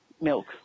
milk